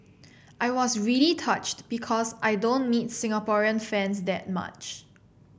I was really touched because I don't meet Singaporean fans that much